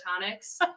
tonics